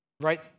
Right